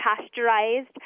pasteurized